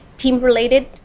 team-related